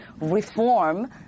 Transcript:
reform